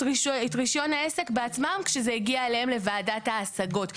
רישיון העסק בעצמם כשזה יגיע אליהם לוועדת ההשגות.